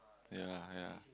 ya ya